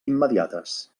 immediates